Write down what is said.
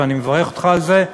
ואני מברך אותך על זה.